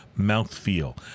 mouthfeel